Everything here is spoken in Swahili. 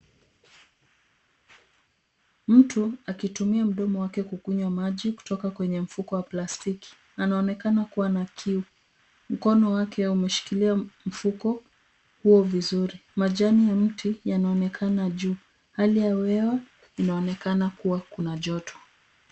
Mtu akitumia mdomo wake kukunywa maji kutoka kwenye mfuko wa plastiki anaonekana kuwa na kiu. Mkono wake umeshikila mfuko huo mzuri, majani ya mti yanaonekana juu, hali ya hewa inaonekana kuwa na joto.